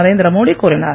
நரேந்திர மோடி கூறினார்